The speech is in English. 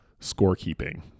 scorekeeping